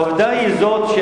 העובדה היא זאת,